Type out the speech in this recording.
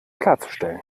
klarzustellen